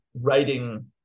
writing